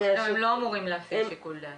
הם לא אמורים להפעיל שיקול דעת.